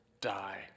die